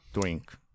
drink